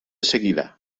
seguida